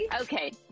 Okay